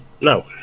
No